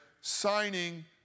signing